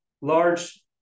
large